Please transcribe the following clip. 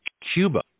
Cuba